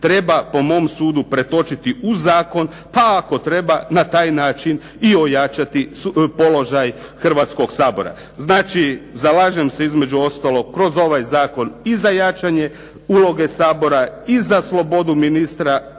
treba po mom sudu pretočiti u zakon, pa ako treba na taj način ojačati položaj Hrvatskog sabora. Znači zalažem se između ostalog kroz ovaj zakon i za jačanje uloge Sabora i za slobodu ministra,